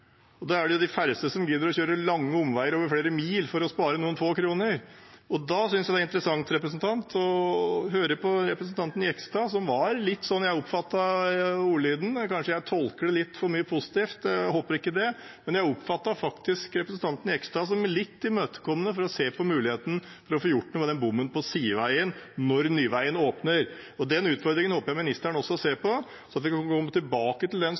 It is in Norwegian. og da er det de færreste som gidder å kjøre lange omveier over flere mil for å spare noen få kroner. Da synes jeg det var interessant å høre på representanten Jegstad. Sånn jeg oppfattet ordlyden – kanskje jeg tolker det litt for positivt; jeg håper ikke det – oppfattet jeg faktisk representanten Jegstad som litt imøtekommende for å se på muligheten for å få gjort noe med den bommen på sideveien når nyveien åpner. Den utfordringen håper jeg ministeren også ser på, så vi kan komme tilbake til